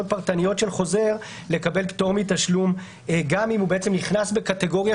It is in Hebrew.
פרטניות של חוזר לקבל פטור מתשלום גם אם הוא נכנס בקטגוריה